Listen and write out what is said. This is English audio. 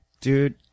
Dude